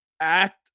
act